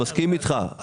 אני מסכים איתך,